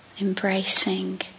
embracing